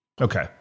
Okay